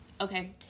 Okay